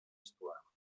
histoire